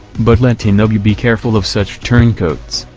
but let tinubu be careful of such turncoats,